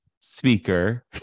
speaker